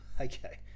Okay